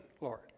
Lord